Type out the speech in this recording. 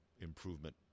improvement